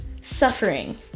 suffering